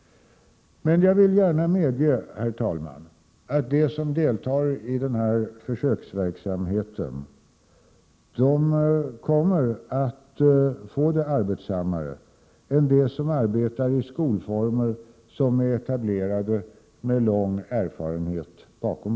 Jag medger gärna att de som deltar i försöksverksamheten kommer att få det arbetsammare än vad de får som arbetar i en skolform som är etablerad.